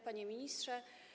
Panie Ministrze!